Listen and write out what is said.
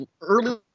early